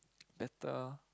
better